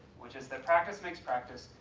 which is that practice makes practice.